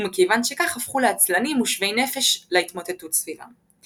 ומכיוון שכך הפכו לעצלנים ושווי נפש להתמוטטות סביבם.